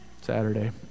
Saturday